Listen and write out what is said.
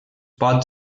pot